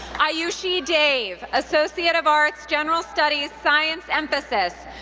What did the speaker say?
ayushi dave, associate of arts, general studies, science emphasis,